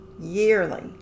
yearly